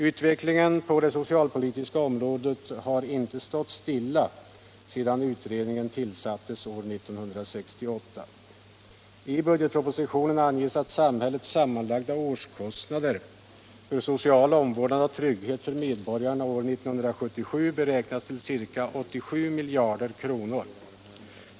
Utvecklingen på det socialpolitiska området har inte stått stilla sedan utredningen tillsattes år 1968. I budgetpropositionen anges att samhällets sammanlagda årskostnader för social omvårdnad och trygghet för medborgarna år 1977 beräknas till ca 87 miljarder kronor.